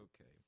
Okay